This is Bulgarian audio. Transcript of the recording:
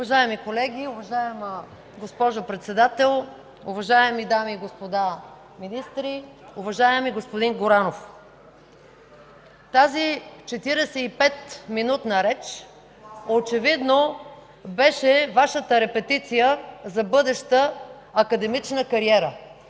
Уважаеми колеги, уважаема госпожо Председател, уважаеми дами и господа министри! Уважаеми господин Горанов, тази 45-минутна реч очевидно беше Вашата репетиция за бъдеща академична кариера.